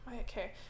okay